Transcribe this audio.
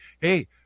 Hey